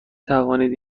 توانید